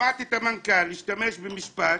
שמעתי את המנכ"ל משתמש במשפט: